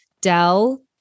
Dell